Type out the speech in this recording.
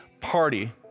party